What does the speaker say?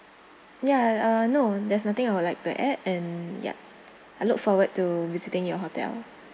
ya uh no there's nothing I would like to add and ya I looked forward to visiting your hotel